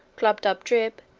glubbdubdrib,